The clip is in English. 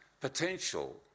potential